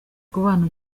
kubana